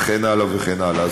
וכן הלאה וכן הלאה.